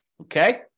Okay